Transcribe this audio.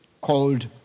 called